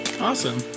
Awesome